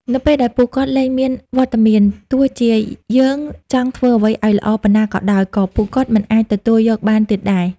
នៅពេលដែលពួកគាត់លែងមានវត្តមាន ទោះជាយើងចង់ធ្វើអ្វីឲ្យល្អប៉ុណ្ណាក៏ដោយ ក៏ពួកគាត់មិនអាចទទួលយកបានទៀតដែរ។